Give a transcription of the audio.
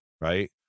right